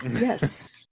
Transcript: Yes